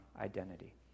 identity